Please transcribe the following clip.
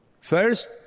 First